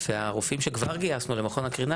שהרופאים שכבר גייסנו למכון הקרינה,